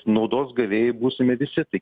naudos gavėjai būsime visi tai